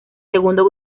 segundo